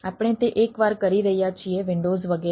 આપણે તે એકવાર કરી રહ્યા છીએ વિન્ડોઝ વગેરે